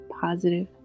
positive